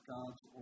God's